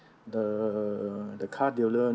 the the car dealer